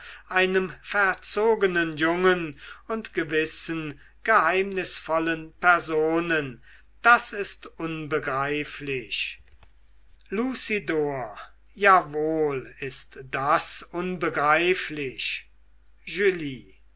einem verzogenen jungen und gewissen geheimnisvollen personen das ist unbegreiflich lucidor jawohl ist das unbegreiflich